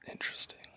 Interesting